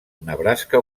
nebraska